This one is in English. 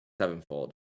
Sevenfold